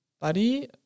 buddy